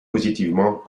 positivement